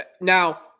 Now